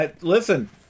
Listen